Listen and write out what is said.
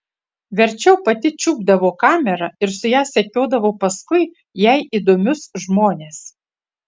verčiau pati čiupdavo kamerą ir su ja sekiodavo paskui jai įdomius žmones